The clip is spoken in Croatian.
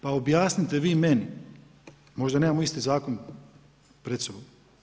Pa objasnite vi meni, možda nemamo isti zakon pred sobom.